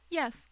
yes